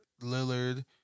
Lillard